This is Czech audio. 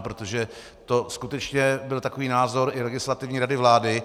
Protože to skutečně byl takový názor i Legislativní rady vlády.